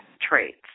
traits